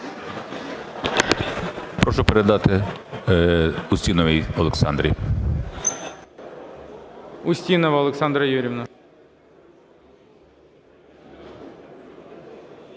Прошу передати Устіновій Олександрі.